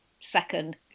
second